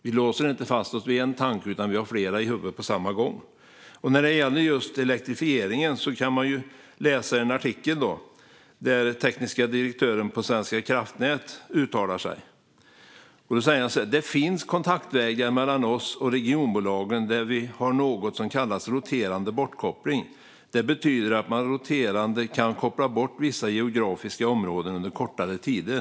Vi låser inte fast oss vid en tanke, utan vi har flera tankar i huvudet på samma gång. När det gäller elektrifieringen kan man läsa en artikel där den tekniska direktören på Svenska kraftnät uttalar sig. Han säger: Det finns kontaktvägar mellan oss och regionbolagen. Vi har något som kallas roterande bortkoppling. Det betyder att man roterande kan koppla bort vissa geografiska områden under kortare tider.